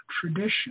tradition